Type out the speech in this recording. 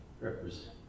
represent